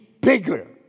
bigger